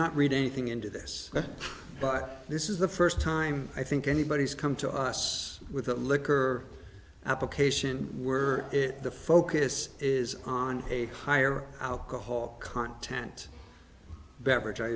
not read anything into this but this is the first time i think anybody's come to us with a liquor application were it the focus is on a higher alcohol content beverage i